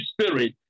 Spirit